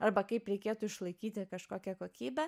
arba kaip reikėtų išlaikyti kažkokią kokybę